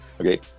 okay